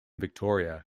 victoria